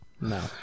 No